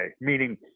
meaning